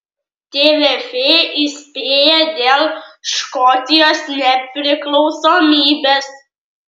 tvf įspėja dėl škotijos nepriklausomybės